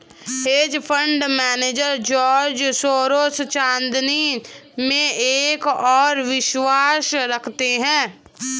hedge fund manager George Soros चांदी में एक और विश्वास रखते हैं